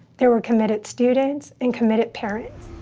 there were committed students and committed parents.